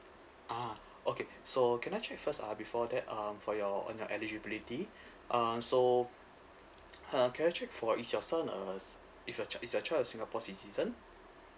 ah okay so can I check first ah before that um for your and your eligibility um so uh can I check for is your son a s~ if your child is your child a singapore citizen